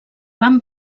van